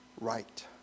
right